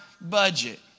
budget